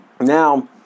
Now